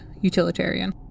utilitarian